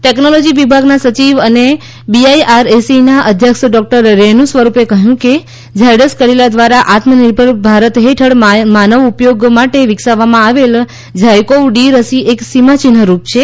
technology વિભાગના સચિવ અને બીઆઇઆરએસીના અધ્યક્ષ ડોક્ટર રેનુ સ્વરૂપે કહ્યું કે ઝાયડસ કેડિલા દ્વારા આત્મનિર્ભર ભારત હેઠળ માનવ ઉપયોગ માટે વિકસાવવામાં આવેલ ઝાયકોવ ડી રસી એક સીમાચિહ્નરૂપ છે